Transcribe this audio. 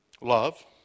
Love